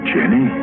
Jenny